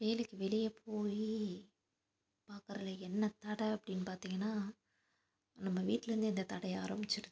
வேலைக்கு வெளியே போய் பார்க்குறதுல என்ன தடை அப்படின் பார்த்திங்கனா நம்ம வீட்டில் இருந்தே இந்த தடை ஆரம்பிச்சுடுது